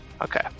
Okay